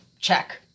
check